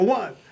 one